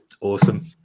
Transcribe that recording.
Awesome